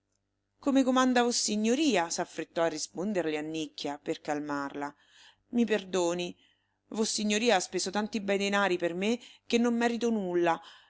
come comanda vossignoria s'affrettò a risponderle annicchia per calmarla i perdoni vossignoria ha speso tanti bei denari per me che non merito nulla